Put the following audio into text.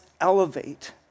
elevate